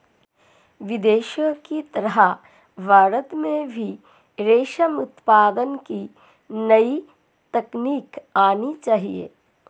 विदेशों की तरह भारत में भी रेशम उत्पादन की नई तकनीक आनी चाहिए